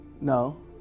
No